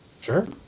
Sure